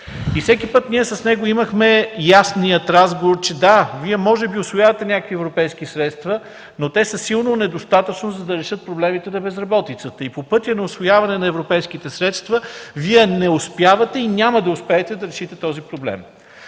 Всеки път ние с него имахме ясния разговор, че – да, Вие може би усвоявате някакви европейски средства, но те са силно недостатъчни, за да решат проблемите на безработицата и по пътя на усвояването на европейските средства Вие не успявате, и няма да успеете да решите този проблем.